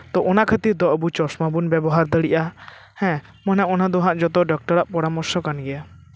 ᱛᱚ ᱚᱱᱟ ᱠᱷᱟᱹᱛᱤᱨ ᱫᱚ ᱟᱵᱚ ᱪᱚᱥᱢᱟ ᱵᱚᱱ ᱵᱮᱵᱚᱦᱟᱨ ᱫᱟᱲᱮᱜᱼᱟ ᱦᱮᱸ ᱢᱟᱱᱮ ᱚᱱᱟ ᱫᱚ ᱦᱟᱸᱜ ᱡᱚᱛᱚ ᱰᱚᱠᱴᱚᱨ ᱟᱜ ᱯᱚᱨᱟᱢᱚᱨᱥᱚ ᱠᱟᱱ ᱜᱮᱭᱟ